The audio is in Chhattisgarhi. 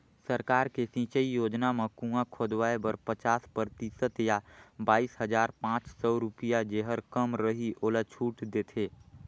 सरकार के सिंचई योजना म कुंआ खोदवाए बर पचास परतिसत य बाइस हजार पाँच सौ रुपिया जेहर कम रहि ओला छूट देथे